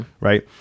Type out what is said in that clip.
Right